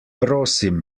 prosim